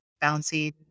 bouncing